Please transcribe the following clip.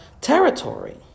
territory